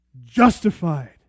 Justified